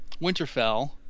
Winterfell